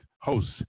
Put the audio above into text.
hosts